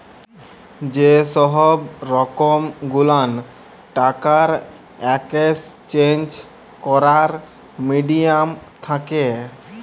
যে সহব রকম গুলান টাকার একেসচেঞ্জ ক্যরার মিডিয়াম থ্যাকে